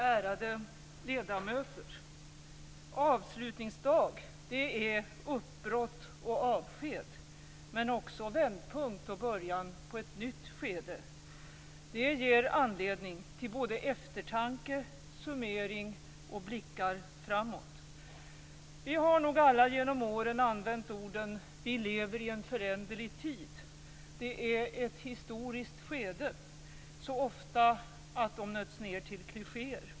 Ärade ledamöter! Avslutningsdag är uppbrott och avsked - men också vändpunkt och början på ett nytt skede. Det ger anledning till eftertanke, summering och blickar framåt. Vi har genom åren använt orden "vi lever i en föränderlig tid" och "det är ett historiskt skede" så ofta att de nötts ned till klichéer.